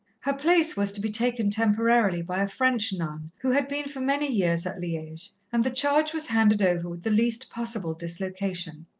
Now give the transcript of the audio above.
her place was to be taken temporarily by a french nun who had been for many years at liege, and the charge was handed over with the least possible dislocation.